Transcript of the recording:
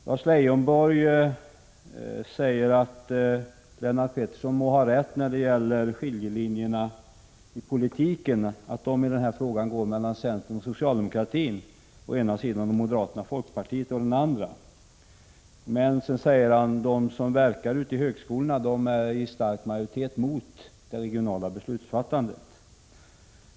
Lars Leijonborg sade att jag må ha rätt i att de politiska skiljelinjerna i den här frågan går mellan centern och socialdemokratin å ena sidan och moderaterna och folkpartiet å den andra, men att det bland dem som verkar ute i högskolorna finns en stark majoritet mot det regionala beslutsfattandet.